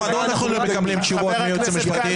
מדוע אנחנו לא מקבלים תשובות מהייעוץ המשפטי?